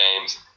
games